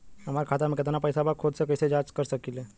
हमार खाता में केतना पइसा बा त खुद से कइसे जाँच कर सकी ले?